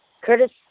Curtis